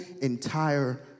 entire